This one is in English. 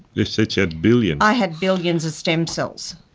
yeah said she had billions. i had billions of stem cells.